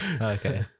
okay